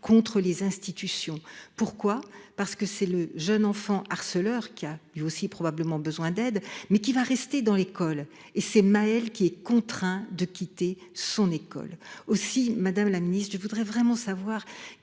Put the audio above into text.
contre les institutions. Pourquoi, parce que c'est le jeune enfant harceleurs qui a lui aussi probablement besoin d'aide mais qui va rester dans l'école et c'est Maëlle qui est contraint de quitter son école aussi Madame la Ministre je voudrais vraiment savoir